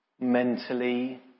mentally